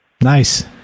nice